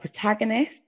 protagonist